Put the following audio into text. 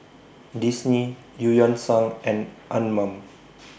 Disney EU Yan Sang and Anmum